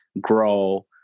grow